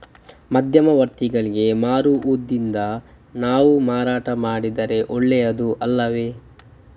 ಮಧ್ಯವರ್ತಿಗಳಿಗೆ ಮಾರುವುದಿಂದ ನಾವೇ ಮಾರಾಟ ಮಾಡಿದರೆ ಒಳ್ಳೆಯದು ಅಲ್ಲವೇ?